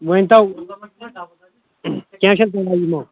ؤنۍ تو کینٛہہ چھُنہٕ پَرواے یِمو